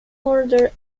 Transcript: order